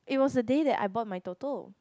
it was the day that I bought my Toto